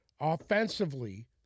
offensively